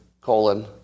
colon